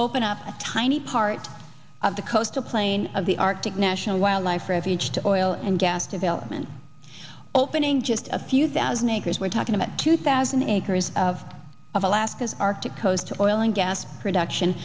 open up a tiny part of the coastal plain of the arctic national wildlife refuge to boil and gas development opening just a few thousand acres we're talking about two thousand acres of of alaska's arctic